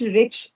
rich